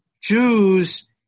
Jews